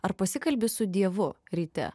ar pasikalbi su dievu ryte